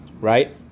Right